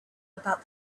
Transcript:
about